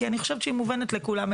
כי אני חושבת שהיא מובנת לכולם,